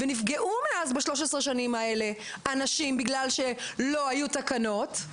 ונפגעו מאז ב-13 שנים האלה אנשים בגלל שלא היו תקנות,